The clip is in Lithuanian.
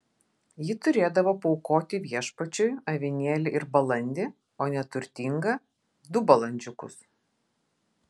ji turėdavo paaukoti viešpačiui avinėlį ir balandį o neturtinga du balandžiukus